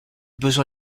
besoin